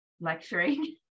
lecturing